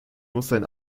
mustern